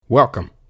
Welcome